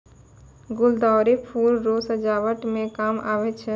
गुलदाउदी फूल रो सजावट मे काम आबै छै